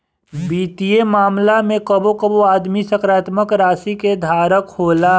वित्तीय मामला में कबो कबो आदमी सकारात्मक राशि के धारक होला